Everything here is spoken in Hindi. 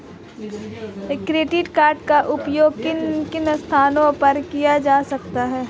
क्रेडिट कार्ड का उपयोग किन स्थानों पर किया जा सकता है?